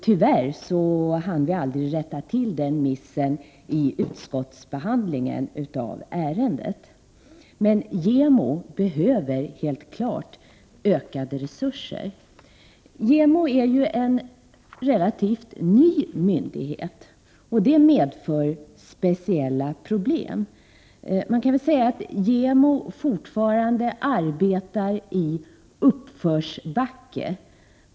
Tyvärr hann vi aldrig rätta till den missen vid utskottsbehandlingen av ärendet, men JämO behöver helt klart ökade resurser. JämO är en relativt ny myndighet, och det medför speciella problem. Man kan säga att JämO fortfarande arbetar i uppförsbacke.